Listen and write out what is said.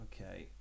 Okay